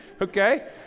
Okay